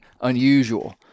unusual